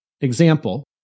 Example